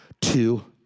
two